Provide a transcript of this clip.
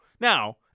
Now